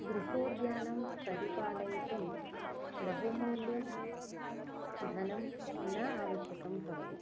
गृहोद्यानं परिपालयितुं बहुमूल्यं धनं न आवश्यकं भवति